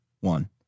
one